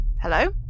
Hello